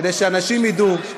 כדאי שאנשים ידעו,